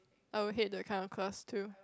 I will hate that kind of class too